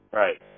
right